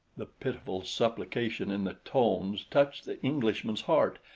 the pitiful supplication in the tones touched the englishman's heart.